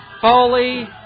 Foley